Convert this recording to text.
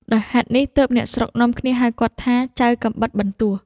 ដោយហេតុនេះទើបអ្នកស្រុកនាំគ្នាហៅគាត់ថា "ចៅកាំបិតបន្ទោះ"។